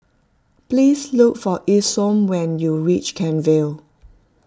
please look for Isom when you reach Kent Vale